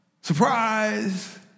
Surprise